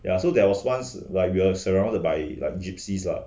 ya so there was once like we're surrounded by like gypsies ah